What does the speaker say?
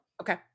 Okay